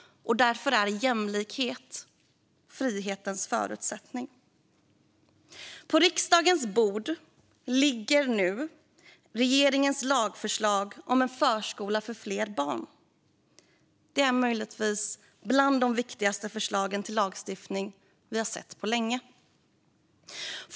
Därför är jämlikhet frihetens förutsättning. På riksdagens bord ligger nu regeringens lagförslag om en förskola för fler barn. Det är möjligtvis bland de viktigaste förslag till lagstiftning vi sett på länge.